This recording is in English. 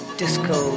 disco